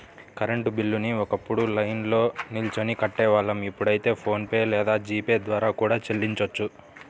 current బిల్లుని ఒకప్పుడు లైన్లో నిల్చొని కట్టేవాళ్ళం ఇప్పుడైతే ఫోన్ పే లేదా జీ పే ద్వారా కూడా చెల్లించొచ్చు